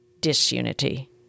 disunity